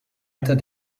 leiter